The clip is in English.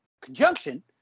Conjunction